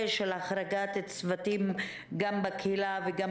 אז פניתי למשרד הבריאות ואמרו לי פחות או יותר,